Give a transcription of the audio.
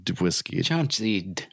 whiskey